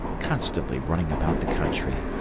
constantly running about the country,